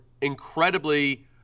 incredibly